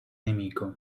nemico